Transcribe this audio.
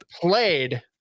played